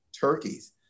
turkeys